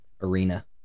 arena